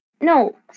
No